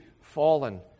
fallen